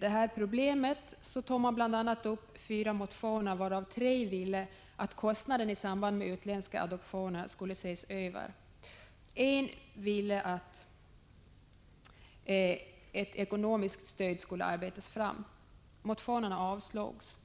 detta problem behandlades bl.a. fyra motioner, varav tre gick ut på att kostnaden i samband med utländska adoptioner skulle ses över. I en motion krävdes att ett ekonomiskt stöd skulle arbetas fram. Motionerna avslogs.